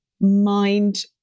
mind